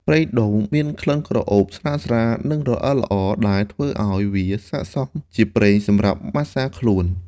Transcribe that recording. ប្រេងដូងមានក្លិនក្រអូបស្រាលៗ និងរអិលល្អ ដែលធ្វើឲ្យវាស័ក្តិសមជាប្រេងសម្រាប់ម៉ាស្សាខ្លួន។